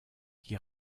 qui